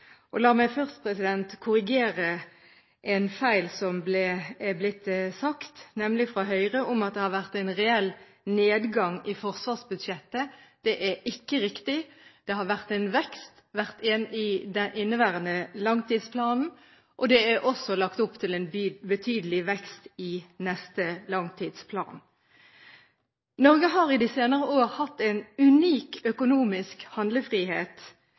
forsvarssektoren. La meg først korrigere en feil som har blitt sagt fra Høyre, nemlig at det har vært en reell nedgang i forsvarsbudsjettet. Det er ikke riktig. Det har vært en vekst i inneværende langtidsplan, og det er også lagt opp til en betydelig vekst i neste langtidsplan. Norge har i de senere årene hatt en unik økonomisk handlefrihet,